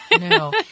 No